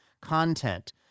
content